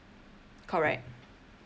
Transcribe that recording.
correct